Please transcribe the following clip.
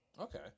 Okay